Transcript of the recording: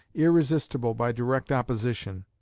irresistible by direct opposition.